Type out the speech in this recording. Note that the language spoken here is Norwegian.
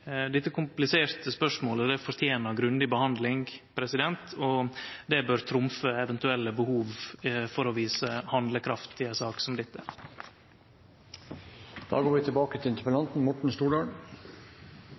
Dette kompliserte spørsmålet fortener grundig behandling, og det bør trumfe eventuelle behov for å vise handlekraft i ei sak som dette.